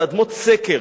זה אדמות סקר,